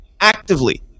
actively